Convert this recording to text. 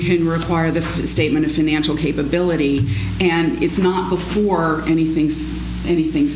can require that statement of financial capability and it's not before anything's anything